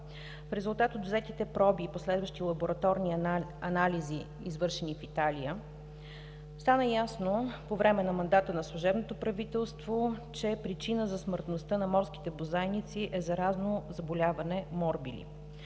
В резултат от взетите проби и последващи лабораторни анализи, извършени в Италия, стана ясно по време на мандата на служебното правителство, че причина за смъртността на морските бозайници е заразно заболяване – морбили.